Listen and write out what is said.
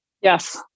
Yes